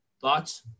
Thoughts